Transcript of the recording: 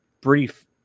brief